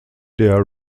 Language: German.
der